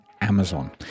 Amazon